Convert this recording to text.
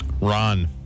Ron